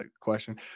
question